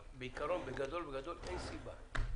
אבל בעיקרון אין סיבה.